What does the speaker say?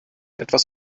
etwas